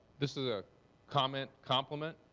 this is a comment compliment.